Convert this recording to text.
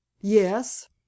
yes